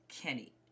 Kenny